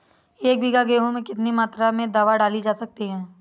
एक बीघा गेहूँ में कितनी मात्रा में दवा डाली जा सकती है?